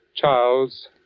Charles